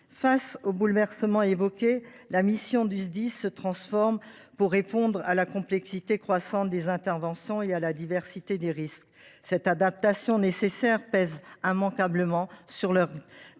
Face aux bouleversements évoqués, la mission des Sdis se transforme, pour répondre à la complexité croissante des interventions et à la diversité des risques. Cette adaptation nécessaire pèse immanquablement sur leurs